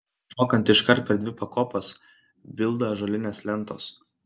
šokant iškart per dvi pakopas bilda ąžuolinės lentos